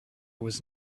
was